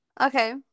Okay